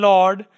Lord